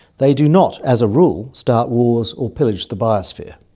they do not as a rule start wars or pillage the biosphere.